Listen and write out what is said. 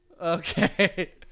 Okay